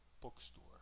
Bookstore